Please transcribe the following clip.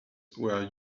were